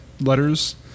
letters